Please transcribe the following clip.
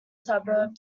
suburb